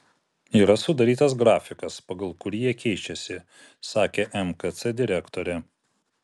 yra sudarytas grafikas pagal kurį jie keičiasi sakė mkc direktorė